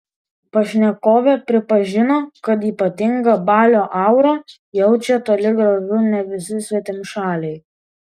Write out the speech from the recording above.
pašnekovė pripažino kad ypatingą balio aurą jaučią toli gražu ne visi svetimšaliai